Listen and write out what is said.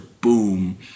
boom